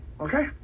okay